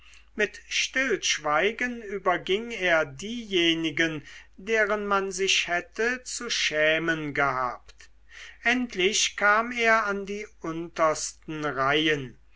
mit stillschweigen überging er diejenigen deren man sich hätte zu schämen gehabt endlich kam er an die untersten reihen